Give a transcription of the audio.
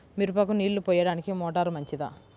మిరపకు నీళ్ళు పోయడానికి మోటారు మంచిదా?